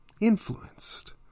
influenced